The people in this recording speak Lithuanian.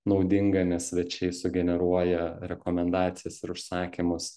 naudinga nes svečiai sugeneruoja rekomendacijas ir užsakymus